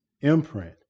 imprint